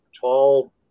tall